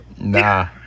Nah